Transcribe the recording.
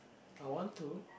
I want to